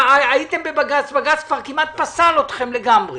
הייתם בבג"ץ, בג"ץ כבר כמעט פסל אתכם לגמרי.